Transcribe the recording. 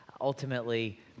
ultimately